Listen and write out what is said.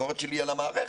הביקורת שלי היא על המערכת,